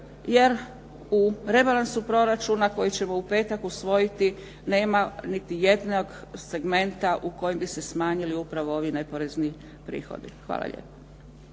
jer u rebalansu proračuna koji ćemo u petak usvojiti nema niti jednog segmenta u kojem bi se smanjili upravo ovi neporezni prihodi. Hvala lijepo.